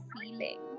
feeling